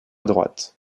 droite